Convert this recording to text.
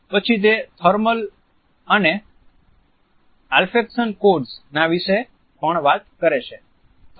પછી તે થર્મલ અને ઓલ્ફેકશન કોડસ ના વિશે પણ વાત કરે છે